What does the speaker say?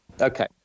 Okay